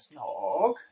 Snog